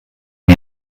mit